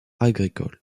agricoles